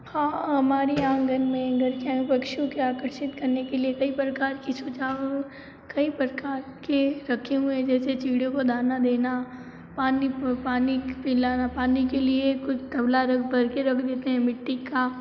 हाँ हमारे आंगन में पक्षियों को आकर्षित करने के लिए कई प्रकार की सुझाव कई प्रकार के रखे हुए हैं जैसे चिड़ियों को दाना देना पानी पानी पिलाना पानी के लिए कुछ कवला रख भर के रख देते हैं मिट्टी का